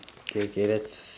okay okay let's